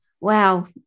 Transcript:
Wow